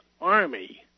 army